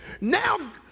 Now